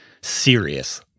serious